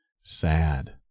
sad